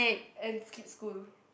and skip school